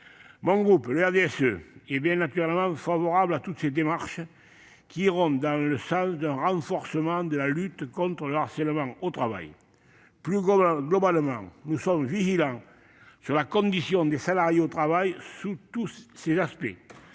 Mon groupe, le RDSE, est bien naturellement favorable à toutes les démarches qui vont dans le sens d'un renforcement de la lutte contre le harcèlement au travail. Plus globalement, nous sommes vigilants sur la condition des salariés au travail, sous tous ses aspects.